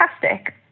fantastic